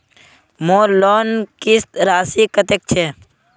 मोर लोन किस्त राशि कतेक छे?